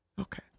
Okay